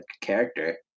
character